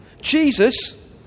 Jesus